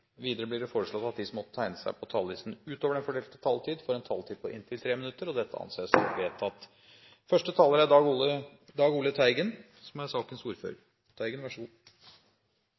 Videre blir det foreslått at de som måtte tegne seg på talerlisten utover den fordelte taletid, får en taletid på inntil 3 minutter. – Det anses vedtatt. Det er ikke alltid det er